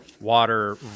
water